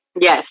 Yes